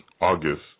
August